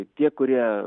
tie kurie